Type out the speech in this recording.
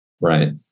Right